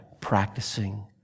practicing